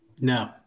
No